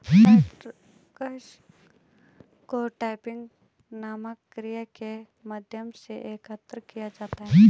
latex को tapping नामक प्रक्रिया के माध्यम से एकत्र किया जाता है